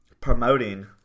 promoting